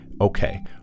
Okay